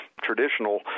traditional